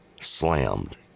slammed